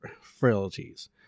frailties